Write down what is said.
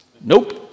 Nope